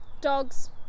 dogs